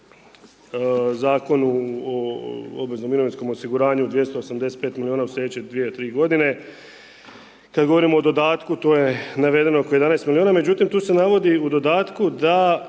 Zakonu o obveznom mirovinskom osiguranju 285 milijuna u sljedeće dvije, tri godina, kad govorimo o dodatku to je navedeno oko 11 milijuna, međutim, tu se navodi u dodatku da